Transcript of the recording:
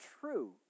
true